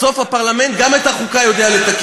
בסוף, הפרלמנט, גם את החוקה יודע לתקן.